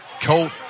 Colt